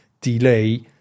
delay